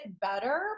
better